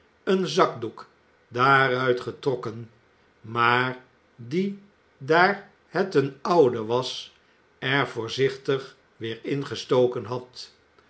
een zakdoek daaruit getrokken maar dien daar het een oude was er voorzichtig weer ingestoken had